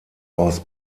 aus